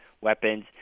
weapons